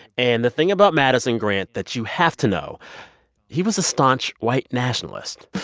and the thing about madison grant that you have to know he was a staunch white nationalist